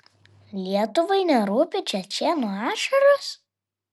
lietuvai nerūpi čečėnų ašaros